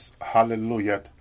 Hallelujah